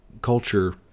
culture